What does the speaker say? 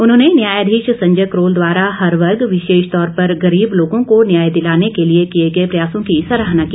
उन्होंने न्यायाधीश संजय करोल द्वारा हर वर्ग विशेष तौर पर गरीब लोगों को न्याय दिलाने के लिये किये गए प्रयासों की सराहना की